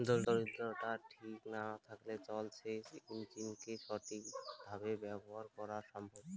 তড়িৎদ্বার ঠিক না থাকলে জল সেচের ইণ্জিনকে সঠিক ভাবে ব্যবহার করা অসম্ভব